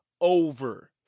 over